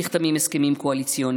ועוד לפני שנחתמים הסכמים קואליציוניים,